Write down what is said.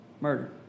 murder